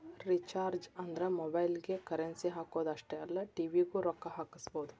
recharges ಅಂದ್ರ ಮೊಬೈಲ್ಗಿ currency ಹಾಕುದ್ ಅಷ್ಟೇ ಅಲ್ಲ ಟಿ.ವಿ ಗೂ ರೊಕ್ಕಾ ಹಾಕಸಬೋದು